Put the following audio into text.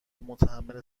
متحمل